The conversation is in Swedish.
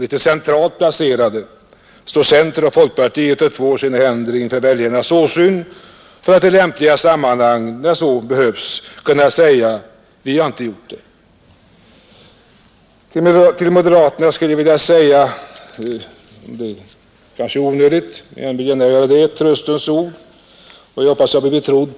Mer centralt placerade står center och folkparti och tvår sina händer i Nr 143 väljarnas åsyn för att när så behövs kunna säga: ”Vi har inte gjort det.” Torsdagen den Till moderaterna skulle jag vilja säga — det är kanske onödigt men jag 9 december 1971 vill ändå göra det — ett tröstens ord, och jag hoppas att jag blir trodd.